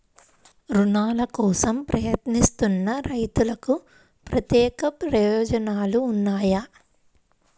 రుణాల కోసం ప్రయత్నిస్తున్న రైతులకు ప్రత్యేక ప్రయోజనాలు ఉన్నాయా?